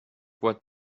what